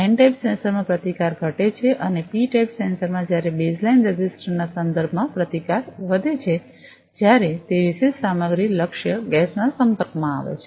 N type sensors માં પ્રતિકાર ઘટે છે અને પી ટાઇપ સેન્સર માં જ્યારે બેઝલાઇન રેઝિસ્ટન્સના સંદર્ભમાં પ્રતિકાર વધે છે જ્યારે તે વિશિષ્ટ સામગ્રી લક્ષ્ય ગેસનો સંપર્ક કરવામાં આવે છે